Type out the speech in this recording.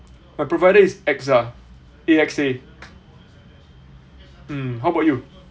but provided is uh AXA A_X_A um how about you